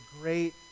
great